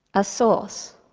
a source.